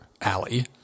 alley